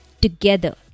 Together